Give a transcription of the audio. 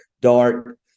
dark